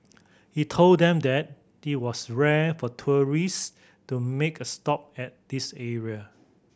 he told them that it was rare for tourists to make a stop at this area